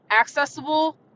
accessible